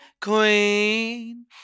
queen